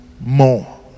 More